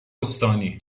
استانی